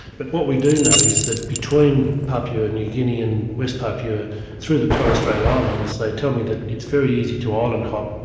but what we do know is that between papua new guinea and west papua through the torres strait islands, they tell me that it's very easy to island and hop.